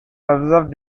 observed